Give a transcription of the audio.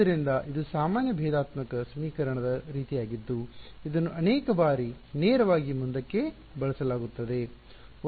ಆದ್ದರಿಂದ ಇದು ಸಾಮಾನ್ಯ ಭೇದಾತ್ಮಕ ಸಮೀಕರಣದ ರೀತಿಯಾಗಿದ್ದು ಇದನ್ನು ಅನೇಕ ಬಾರಿ ನೇರವಾಗಿ ಮುಂದಕ್ಕೆ ಬಳಸಲಾಗುತ್ತದೆ